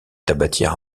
tabatière